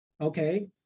okay